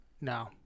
No